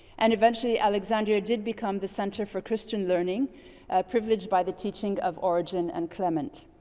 and eventually, alexandria did become the center for christian learning privileged by the teaching of origin and clement.